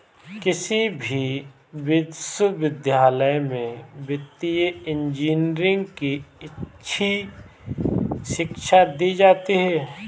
किसी भी विश्वविद्यालय में वित्तीय इन्जीनियरिंग की अच्छी शिक्षा दी जाती है